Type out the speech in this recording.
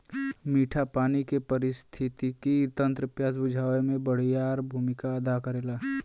मीठा पानी के पारिस्थितिकी तंत्र प्यास बुझावे में बड़ियार भूमिका अदा करेला